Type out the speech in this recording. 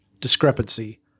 discrepancy